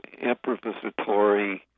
improvisatory